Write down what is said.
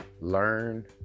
learn